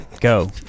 Go